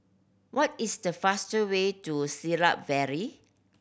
what is the fastest way to Siglap Valley